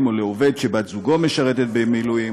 או לעובד שבת-זוגו משרתת במילואים